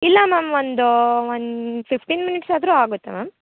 ಇಲ್ಲ ಮ್ಯಾಮ್ ಒಂದು ಒಂದು ಫಿಫ್ಟಿನ್ ಮಿನಿಟ್ಸ್ ಆದರೂ ಆಗುತ್ತೆ ಮ್ಯಾಮ್